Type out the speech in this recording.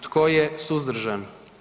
Tko je suzdržan?